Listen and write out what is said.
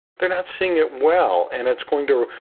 they're not seeing it well, and it's going to.